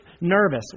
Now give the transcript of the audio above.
nervous